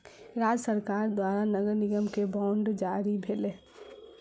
राज्य सरकार द्वारा नगर निगम के बांड जारी भेलै